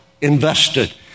invested